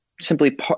simply